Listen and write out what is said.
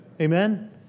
Amen